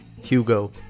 Hugo